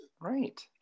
Right